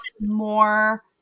more